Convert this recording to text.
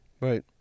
Right